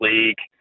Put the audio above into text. League